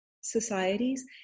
societies